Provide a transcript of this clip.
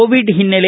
Covid ಹಿನ್ನೆಲೆ